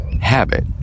Habit